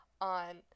on